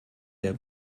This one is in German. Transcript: der